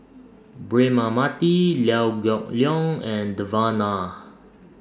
Braema Mathi Liew Geok Leong and Devan Nair